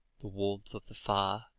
the warmth of the fire,